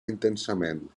intensament